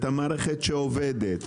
והמערכת שעובדת,